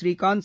Srikanth